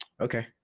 Okay